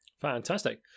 Fantastic